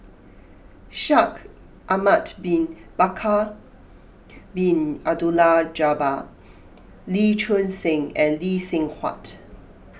Shaikh Ahmad Bin Bakar Bin Abdullah Jabbar Lee Choon Seng and Lee Seng Huat